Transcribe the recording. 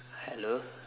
hello